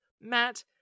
Matt